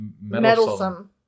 meddlesome